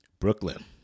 Brooklyn